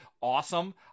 awesome